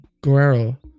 Guerrero